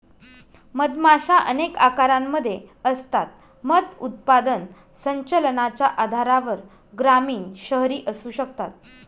मधमाशा अनेक आकारांमध्ये असतात, मध उत्पादन संचलनाच्या आधारावर ग्रामीण, शहरी असू शकतात